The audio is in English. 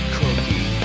cookie